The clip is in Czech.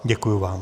Děkuji vám.